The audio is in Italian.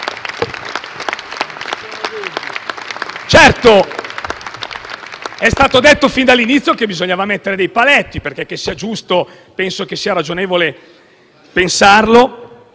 Certo, è stato detto fin dall'inizio che bisognava mettere dei paletti perché penso sia giusto e ragionevole pensare